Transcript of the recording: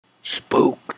Spooked